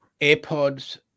AirPods